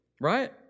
right